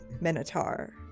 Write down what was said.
minotaur